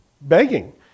begging